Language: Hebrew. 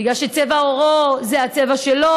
בגלל שצבע עורו זה הצבע שלו,